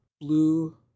blue